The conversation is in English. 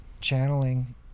channeling